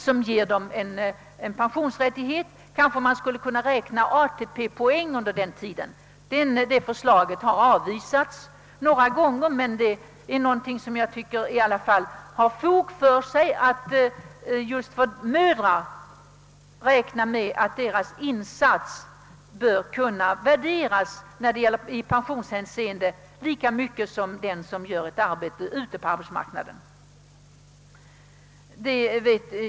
Tanken var att man under den tiden skulle kunna få tillgodoräkna sig ATP-poäng. Det förslaget har avvisats några gånger, men jag tycker att det har fog för sig. Just mödrarnas vårdinsatser bör kunna värderas lika högt i pensionshänseende som kvinnornas insatser ute på arbetsmarknaden.